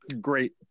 great